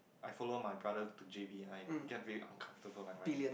I follow my brother to J_B I get very uncomfortable like my